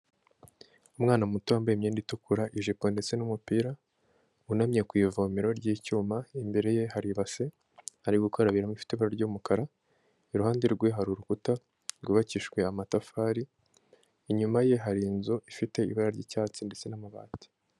Umwana muto wambaye imyenda itukura, ijipo ndetse n'umupira wunamye ku ivomero ry'icyuma, imbere ye hari ibase ari gukorabiramo ifite ibara ry'umukara, iruhande rwe hari urukuta rwubakijwe amatafari, inyuma ye hari inzu ifite ibara ry'icyatsi ndetse n'amabati.